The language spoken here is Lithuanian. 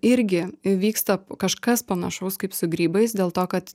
irgi vyksta kažkas panašaus kaip su grybais dėl to kad